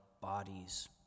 bodies